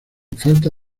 falta